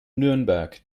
nürnberg